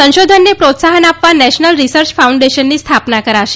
સંશોધનને પ્રોત્સાહન આ વા નેશનલ રિસર્ચ ફાઉન્ડેશનની સ્થા ના કરાશે